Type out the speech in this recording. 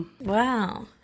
Wow